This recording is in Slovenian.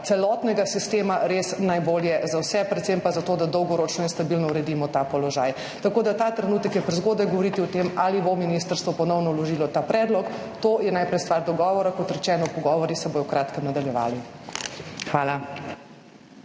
celotnega sistema res najbolje za vse, predvsem pa za to, da dolgoročno in stabilno uredimo ta položaj. Tako da je ta trenutek prezgodaj govoriti o tem, ali bo ministrstvo ponovno vložilo ta predlog. To je najprej stvar dogovora. Kot rečeno, pogovori se bodo v kratkem nadaljevali. Hvala.